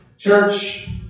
Church